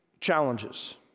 challenges